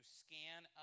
scan